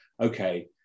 okay